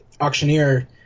auctioneer